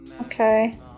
Okay